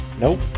Nope